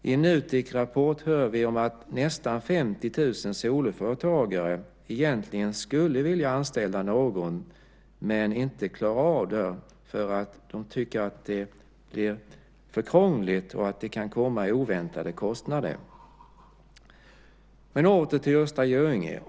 I en Nutekrapport läser vi om att nästan 50 000 soloföretagare egentligen skulle vilja anställa någon men inte klarar av det för de tycker att det är för krångligt, och det kan komma oväntade kostnader. Men jag går åter till Östra Göinge.